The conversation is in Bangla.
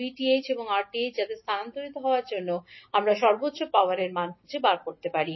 𝑉𝑇ℎ এবং 𝑅𝑇ℎ যাতে স্থানান্তরিত হওয়ার জন্য আমরা সর্বোচ্চ পাওয়ারের মান খুঁজে পেতে পারি